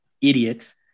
idiots